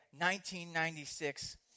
1996